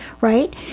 right